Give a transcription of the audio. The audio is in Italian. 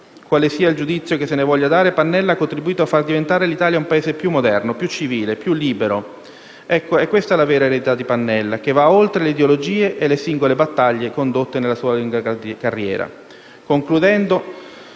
Quale sia il giudizio che se ne voglia dare, Pannella ha contribuito a far diventare l'Italia un Paese più moderno, più civile e più libero. È questa la sua vera eredità, che va oltre le ideologie e le singole battaglie condotte nella sua lunga carriera. Concludendo,